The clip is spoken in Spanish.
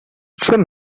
son